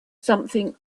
something